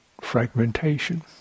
fragmentation